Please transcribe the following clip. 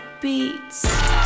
Beats